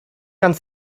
ganz